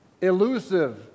elusive